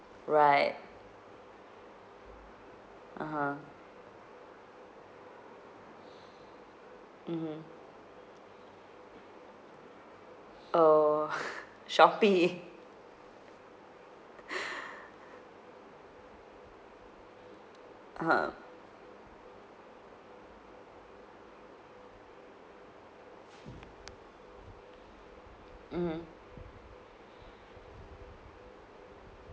right (uh huh) mmhmm oh Shopee uh mm